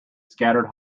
scattered